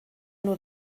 nur